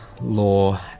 law